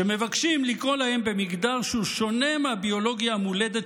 המבקשים לקרוא להם במגדר שהוא שונה מהביולוגיה המולדת